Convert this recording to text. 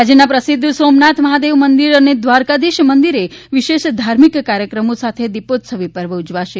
રાજ્યના પ્રસિદ્ધ સોમનાથ મહાદેવ મંદિર દ્વારકાધીશ મંદિરે વિશેષ ધાર્મિક કાર્યક્રમો સાથે દીપોત્સવી પર્વ ઉજવાશે